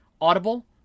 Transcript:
Audible